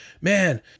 man